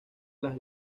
las